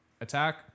Attack